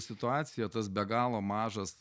situacija tas be galo mažas